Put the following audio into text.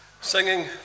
Singing